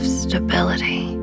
stability